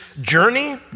journey